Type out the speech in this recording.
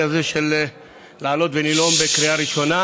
הזה של לעלות ולנאום בקריאה ראשונה,